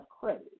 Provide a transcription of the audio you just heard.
credit